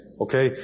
Okay